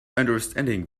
understanding